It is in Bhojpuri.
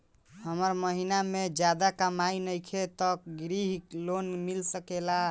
हमर महीना के ज्यादा कमाई नईखे त ग्रिहऽ लोन मिल सकेला?